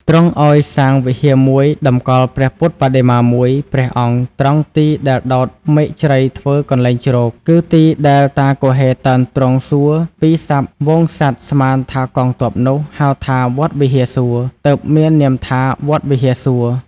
ទ្រង់ឲ្យសាងវិហារមួយតំកល់ព្រះពុទ្ធបដិមាមួយ ព្រះអង្គត្រង់ទី ដែលដោតមែកជ្រៃធ្វើកន្លែងជ្រក គឺទីដែលតាគហ៊េតើនទ្រង់សួរពីសព្ទហ្វូងសត្វស្មានថាកងទ័ពនោះ ហៅថា "វត្តវិហារសួរ" ទើបមាននាមថា"វត្តវិហារសួរ"។